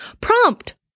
Prompt